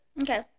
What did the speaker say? Okay